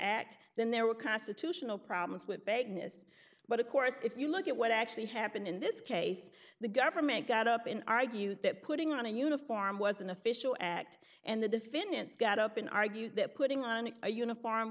act then there were constitutional problems with vagueness but of course if you look at what actually happened in this case the government got up in argue that putting on a uniform was an official act and the defendants got up in argue that putting on a uniform